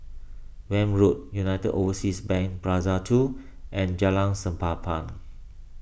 Welm Road United Overseas Bank Plaza two and Jalan